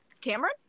Cameron